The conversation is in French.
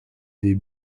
des